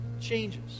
changes